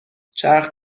چرخ